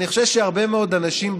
אני חושב שהרבה מאוד אנשים בבית,